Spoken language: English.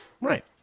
Right